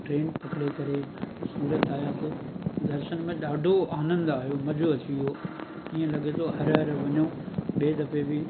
train पकिड़े करे सूरत आयासीं दर्शन में ॾाढो आनंदु आयो मज़ो अची वियो इअं लॻे थो हर हर वञू ॿिए दफ़े बि